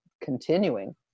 continuing